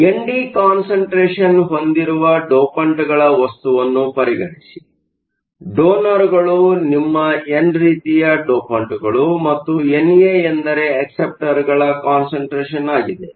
ಆದ್ದರಿಂದ ND concentration ಹೊಂದಿರುವ ಡೋಪಂಟ್ಗಳ ವಸ್ತುವನ್ನು ಪರಿಗಣಿಸಿ ಡೋನರ್ಗಳು ನಿಮ್ಮ ಎನ್ ರೀತಿಯ ಡೋಪಂಟ್ಗಳು ಮತ್ತು NA ಎಂದರೆ ಅಕ್ಸೆಪ್ಟರ್Acceptorಗಳ ಕಾನ್ಸಂಟ್ರೇಷನ್ ಆಗಿದೆ